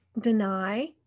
deny